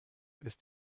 ist